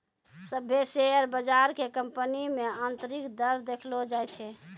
सभ्भे शेयर बजार के कंपनी मे आन्तरिक दर देखैलो जाय छै